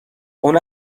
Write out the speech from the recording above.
اون